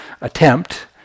attempt